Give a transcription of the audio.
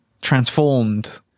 transformed